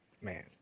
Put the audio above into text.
Man